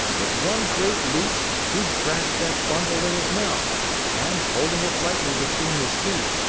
with one great leap, he grasped that bundle in his mouth and, holding it lightly between his teeth,